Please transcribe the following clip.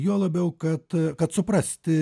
juo labiau kad kad suprasti